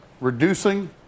reducing